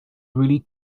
really